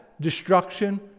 destruction